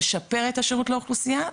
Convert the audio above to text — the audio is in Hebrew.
לשפר את השירות לאוכלוסייה,